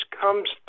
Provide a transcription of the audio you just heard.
comes